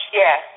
yes